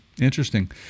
Interesting